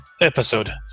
Episode